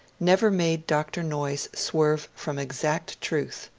never made dr. noyes swerve from exact truth.